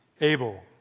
Abel